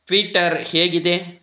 Twitter ಹೇಗಿದೆ